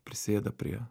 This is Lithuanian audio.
prisėda prie